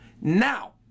Now